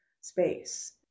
space